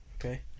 Okay